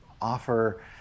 offer